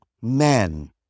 men